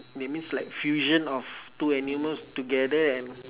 that means like fusion of two animals together and